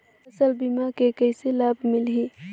फसल बीमा के कइसे लाभ मिलही?